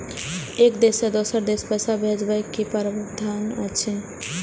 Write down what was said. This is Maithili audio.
एक देश से दोसर देश पैसा भैजबाक कि प्रावधान अछि??